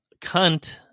Cunt